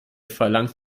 verlangt